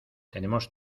tenemos